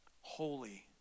Holy